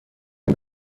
این